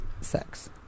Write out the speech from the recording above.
sex